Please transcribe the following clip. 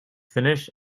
finish